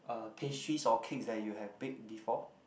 uh pastries or cakes that you have bake before